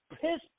piss